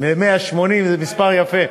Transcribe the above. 180 זה מספר יפה.